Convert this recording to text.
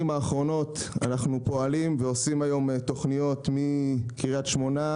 האחרונות אנחנו פועלים ועושים היום תכניות מקרית שמונה,